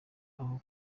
aho